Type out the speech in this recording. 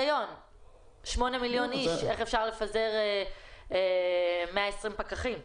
שמונה מיליון אנשים, איך אפשר לפזר 120 פקחים?